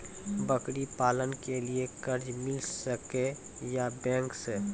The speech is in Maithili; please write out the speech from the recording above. बकरी पालन के लिए कर्ज मिल सके या बैंक से?